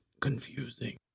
confusing